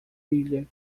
ilha